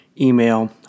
email